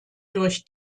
durch